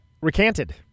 Recanted